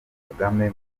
kagame